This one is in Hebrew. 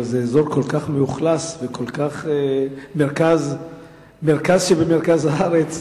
אבל זה אזור כל כך מאוכלס וכל כך מרכז שבמרכז הארץ.